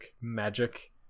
magic